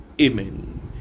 Amen